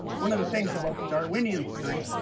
one of the things about the darwinian theory